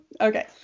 Okay